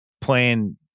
playing